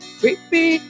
creepy